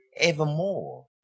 evermore